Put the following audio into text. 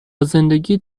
زندگیت